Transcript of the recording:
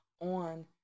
on